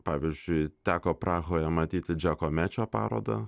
pavyzdžiui teko prahoje matyti džakomečio parodą